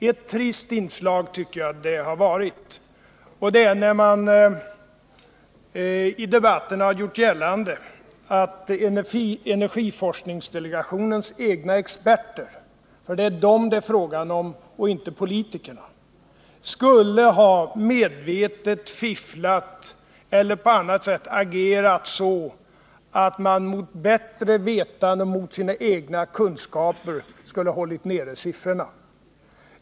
Ett trist inslag tycker jag att det har varit när man i debatten har gjort gällande att energiforskningsdelegationens egna experter, för det är dem det är fråga om och inte politikerna, skulle ha medvetet fifflat eller på annat sätt agerat så att de mot bättre vetande och mot sina egna kunskaper skulle ha hållit nere siffrorna.